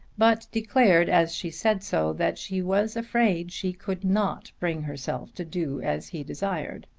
but declared as she said so that she was afraid she could not bring herself to do as he desired.